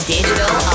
Digital